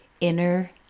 Inner